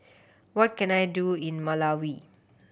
what can I do in Malawi